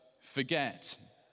forget